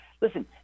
Listen